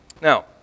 Now